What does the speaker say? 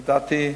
לדעתי,